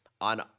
on